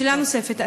שאלה נוספת,